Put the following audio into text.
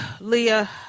Leah